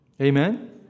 amen